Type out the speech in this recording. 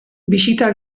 bisita